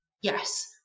yes